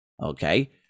okay